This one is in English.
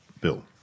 Bill